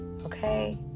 okay